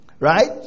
Right